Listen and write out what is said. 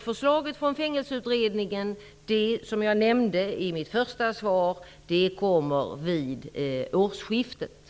Förslaget från Fängelseutredningen kommer vid årsskiftet, som jag nämnde i mitt svar.